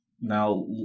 now